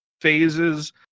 phases